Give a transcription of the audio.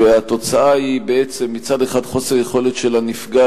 ומצד אחד התוצאה היא חוסר יכולת של הנפגע